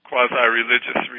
quasi-religious